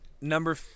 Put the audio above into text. number